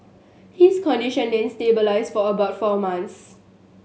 his condition then stabilised for about four months